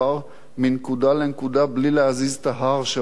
בלי להזיז את ההר שעומד עליו הנושא הזה.